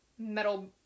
Metal